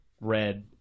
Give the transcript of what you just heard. red